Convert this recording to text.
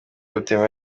butemewe